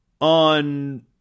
on